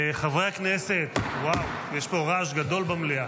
חברי הכנסת, יש פה רעש גדול במליאה.